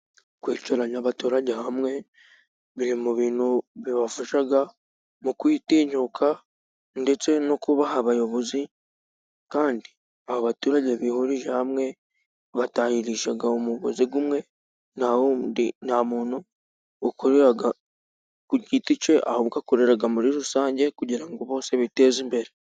Kwicaranya abaturage hamwe biri mu bintu bibafasha mu kwitinyuka ndetse no kubaha abayobozi, kandi abo baturage bihurije hamwe batahiriza umugozi umwe, na ho ubundi nta muntu wikorera ku giti cye, ahubwo akorera muri rusange kugira ngo bose biteze imbere.